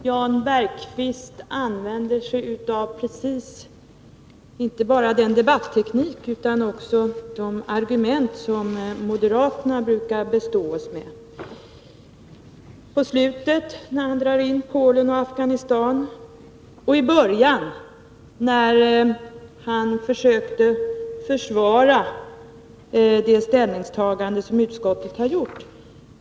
Herr talman! Det är beklagligt att behöva konstatera att Jan Bergqvist använder precis samma debatteknik och också samma argument som moderaterna brukar bestå oss med. Han gjorde det i slutet av sitt anförande, när han drog in Polen och Afghanistan i debatten, och i början, när han försökte försvara det ställningstagande som utskottet har gjort.